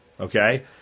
okay